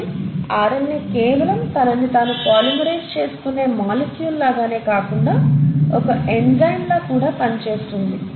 కాబట్టి ఆర్ఎన్ఏ కేవలం తనని తాను పొలిమెరైజ్ చేసుకునే మాలిక్యూల్ లాగానే కాకుండా ఒక ఎంజైమ్ లా కూడా పని చేస్తుంది